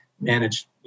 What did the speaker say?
manage